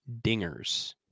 dingers